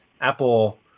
Apple